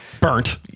burnt